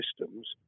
systems